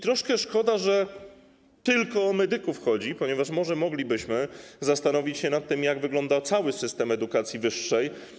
Troszkę szkoda, że tylko o medyków chodzi, ponieważ moglibyśmy zastanowić się nad tym, jak wygląda cały system edukacji wyższej.